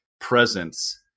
presence